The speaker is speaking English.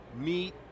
meet